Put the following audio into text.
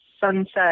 Sunset